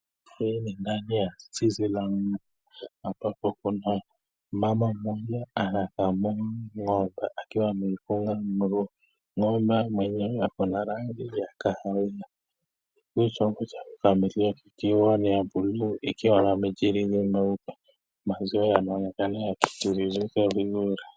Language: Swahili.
Hii ndani ya zizi la ng'ombe ambapo kuna mama mmoja anakamua ng'ombe akiwa amemfunga miguu. Ng'ombe mwenyewe ako na rangi ya kahawia. Hiki chombo cha kumamulia kikiwa ni ya buluu ikiwa na michirizi meupe. Maziwa yanaonekana yakitiririka vizuri.